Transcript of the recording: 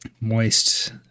Moist